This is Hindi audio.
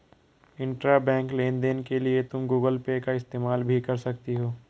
इंट्राबैंक लेन देन के लिए तुम गूगल पे का इस्तेमाल भी कर सकती हो